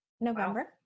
November